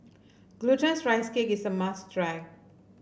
Glutinous Rice Cake is a must try